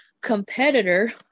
competitor